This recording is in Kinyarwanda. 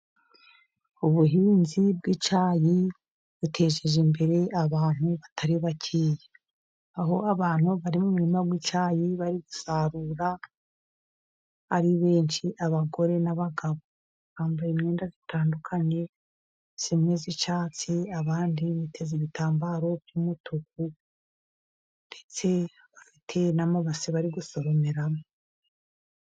Ubuhinzi bw'icyayi butejeje imbere abantu batari bakeya, aho abantu bari mu mirima w'icyayi bari gusarura ari benshi abagore n'abagabo bambaye imyenda itandukanye, imwe y'icyatsi abandi biteza ibitambaro by'umutuku ,ndetse bafite n'amabase bari gusoromeramo.